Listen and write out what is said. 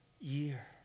year